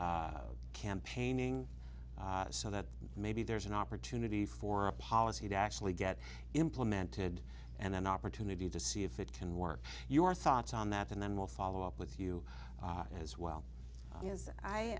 campaigning so that maybe there's an opportunity for policy to actually get implemented and an opportunity to see if it can work your thoughts on that and then we'll follow up with you as well as